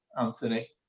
Anthony